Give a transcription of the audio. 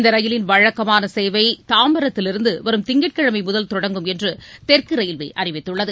இந்த ரயிலின் வழக்கமான சேவை தாம்பரத்திலிருந்து வரும் திங்கட்கிழமை முதல் தொடங்கும் என்று தெற்கு ரயில்வே அறிவித்துள்ளது